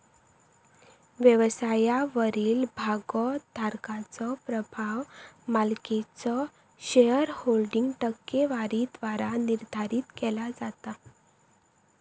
व्यवसायावरील भागोधारकाचो प्रभाव मालकीच्यो शेअरहोल्डिंग टक्केवारीद्वारा निर्धारित केला जाता